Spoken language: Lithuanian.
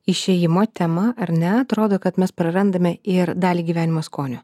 išėjimo temą ar ne atrodo kad mes prarandame ir dalį gyvenimo skonio